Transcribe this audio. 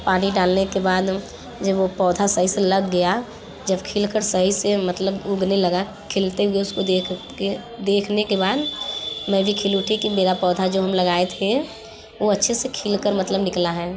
पानी डालने के बाद जब वह पौधा सही से लग गया जब खिल कर सही से मतलब उगने लगा खिलते हुए उसको देख कर देखने के बाद मैं भी खिल उठी कि मेरा पौधा जो हम लगाए थे वह अच्छे से खिल कर मतलब निकला है